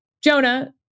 Jonah